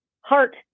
heart